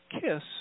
kiss